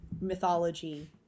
mythology